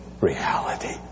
reality